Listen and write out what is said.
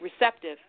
receptive